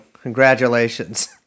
Congratulations